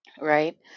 right